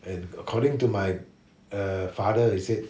and according to my uh father he said